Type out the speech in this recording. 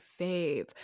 fave